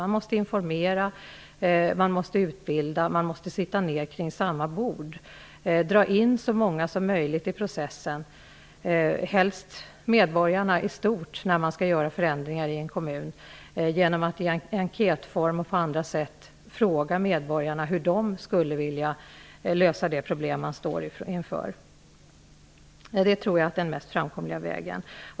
Man måste informera, utbilda och sitta ned vid samma bord. Man måste dra in så många som möjligt i processen, helst också de vanliga medborgarna, när man skall genomföra förändringar i en kommun. Genom enkäter och på andra sätt kan man fråga medborgarna hur de skulle vilja lösa de problem man står inför. Detta tror jag, som sagt, är den mest framkomliga vägen.